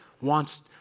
wants